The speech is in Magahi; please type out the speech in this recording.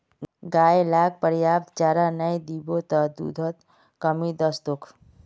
गाय लाक पर्याप्त चारा नइ दीबो त दूधत कमी वस तोक